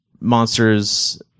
Monsters